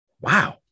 Wow